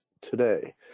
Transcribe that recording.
today